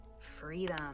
freedom